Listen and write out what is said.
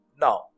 Now